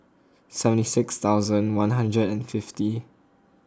seventy six thousand one hundred and fifty